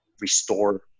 restore